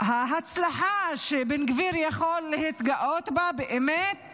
ההצלחה שבן גביר יכול להתגאות בה באמת